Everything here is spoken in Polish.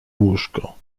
łóżko